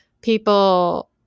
people